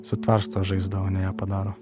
sutvarsto žaizdą o ne ją padaro